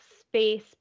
space